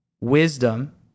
wisdom